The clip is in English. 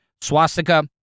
swastika